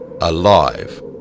alive